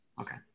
Okay